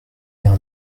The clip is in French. émet